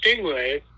stingray